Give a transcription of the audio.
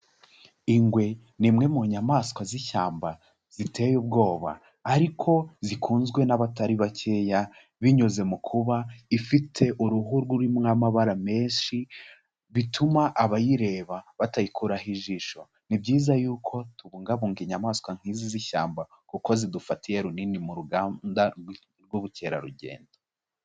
Ingwe ni imwe mu nyamaswa z'ishyamba ziteye ubwoba, ariko zikunzwe n'abatari bakeya, binyuze mu kuba, ifite uruhu rurimo amabara menshi, bituma abayireba batayikuraho ijisho. Ni byiza yuko tubungabunga inyamaswa nk'izi z'ishyamba, kuko zidufatiye runini mu ruganda rw'ubukerarugendo.